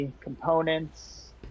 components